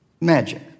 magic